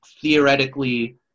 theoretically